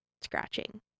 scratching